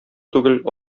түгел